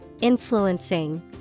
influencing